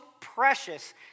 precious